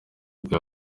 bwo